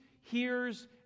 hears